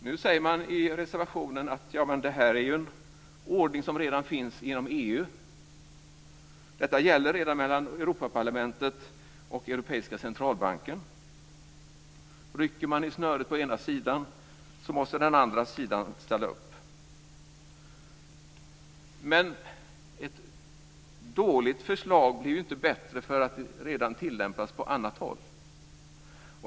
Nu säger man i reservationen att detta är en ordning som redan finns inom EU. Detta gäller redan mellan Europaparlamentet och Europeiska centralbanken. Rycker man i snöret på ena sidan måste den andra sidan ställa upp. Men ett dåligt förslag blir ju inte bättre för att det redan tillämpas på annat håll.